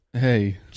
Hey